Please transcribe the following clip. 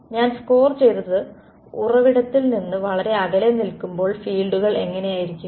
ഞാൻ സ്കോർ ചെയ്തത് ഉറവിടത്തിൽ നിന്ന് വളരെ അകലെ നിൽക്കുമ്പോൾ ഫീൽഡുകൾ എങ്ങനെയിരിക്കും